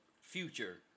future